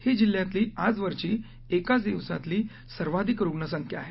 ही जिल्ह्यातली आजवरची एका दिवसातली सर्वाधिक रुग्णसंख्या आहे